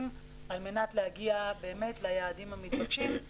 על מנת להגיע באמת ליעדים המתבקשים,